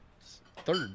third